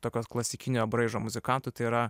tokio klasikinio braižo muzikantų tai yra